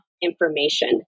information